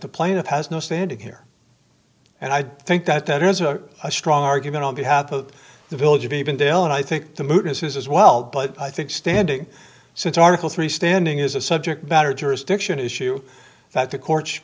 the plaintiff has no standing here and i think that there is a strong argument on behalf of the village of even dale and i think the mood is as well but i think standing since article three standing is a subject matter jurisdiction issue that the co